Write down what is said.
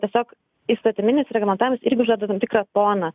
tiesiog įstatyminis reglamentavimas irgi uždeda tam tikrą toną